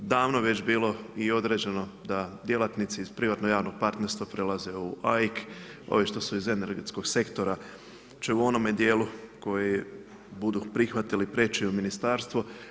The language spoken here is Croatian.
Davno je već bilo i određeno da djelatnici iz privatno-javnog partnerstva prelaze u AIK, ovi što su iz energetskog sektora će u onome dijelu koji budu prihvatili prijeći u ministarstvo.